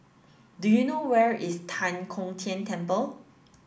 do you know where is Tan Kong Tian Temple